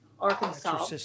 Arkansas